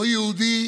או יהודי